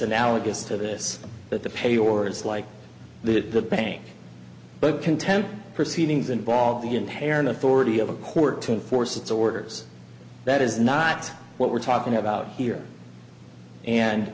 analogous to this but the pay or is like the bank but contempt proceedings and ball the inherent authority of a court to enforce its orders that is not what we're talking about here and